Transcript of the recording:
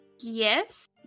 Yes